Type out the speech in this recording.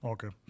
Okay